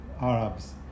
Arabs